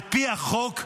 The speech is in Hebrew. על פי החוק,